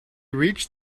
reached